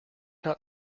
not